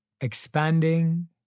Expanding